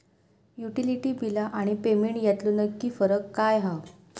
Utility बिला आणि payment यातलो नक्की फरक काय हा?